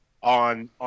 on